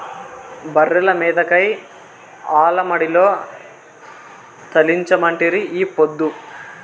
బర్రెల మేతకై ఆల మడిలో తోలించమంటిరి ఈ పొద్దు